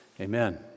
amen